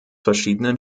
verschiedenen